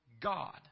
God